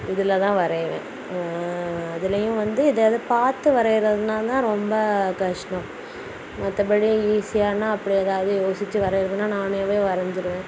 இதில் தான் வரையுவேன் அதிலையும் வந்து ஏதாவது பார்த்து வரையிறதுனால் தான் ரொம்ப கஷ்டம் மற்றபடி ஈஸியானால் அப்புறம் ஏதாவது யோசிச்சு வரையிறதுனால் நானாவே வரைஞ்சிருவேன்